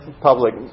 public